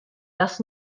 das